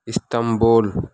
Istanbul